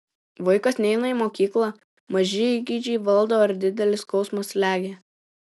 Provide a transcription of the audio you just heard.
vaikas neina į mokyklą maži įgeidžiai valdo ar didelis skausmas slegia